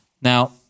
Now